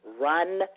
Run